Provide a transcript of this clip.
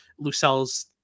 Lucelle's